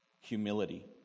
humility